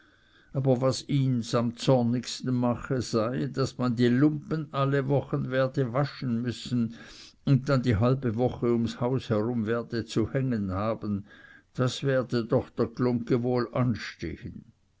aber was ihns am zornigsten mache sei daß man die lumpen alle wochen werde waschen müssen und dann die halbe woche ums haus herum werde zu hängen haben das werde doch der glungge wohl anstehen